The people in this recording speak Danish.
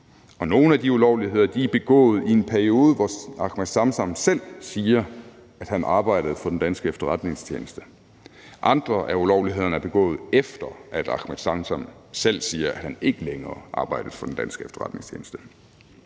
nogle af de ulovligheder er begået i en periode, hvor Ahmed Samsam selv siger, at han arbejdede for den danske efterretningstjeneste. Andre af ulovlighederne er begået, efter at Ahmed Samsam selv siger, at han ikke længere arbejdede for den danske efterretningstjeneste.